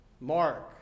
Mark